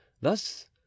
thus